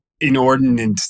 inordinate